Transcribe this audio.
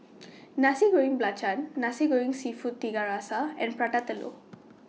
Nasi Goreng Belacan Nasi Goreng Seafood Tiga Rasa and Prata Telur